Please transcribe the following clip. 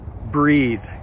breathe